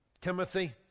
Timothy